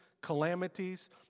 calamities